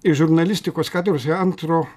iš žurnalistikos katedros i antro